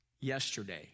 yesterday